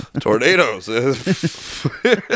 Tornadoes